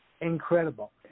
Incredible